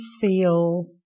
feel